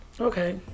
Okay